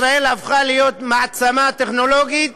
ישראל הפכה להיות מעצמה טכנולוגית.